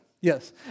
Yes